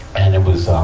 and it was, ah,